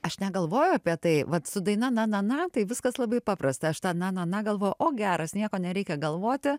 aš negalvoju apie tai vat su daina na na na tai viskas labai paprasta aš tą na na na galvoju o geras nieko nereikia galvoti